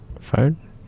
Phone